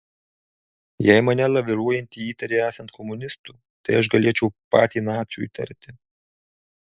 jei mane laviruojantį įtari esant komunistu tai aš galėčiau patį naciu įtarti